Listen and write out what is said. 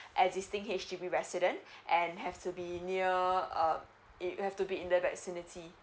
existing H_D_B resident and have to be near uh it have to be in the vicinity